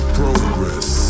progress